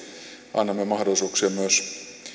annamme mahdollisuuksia myös